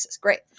Great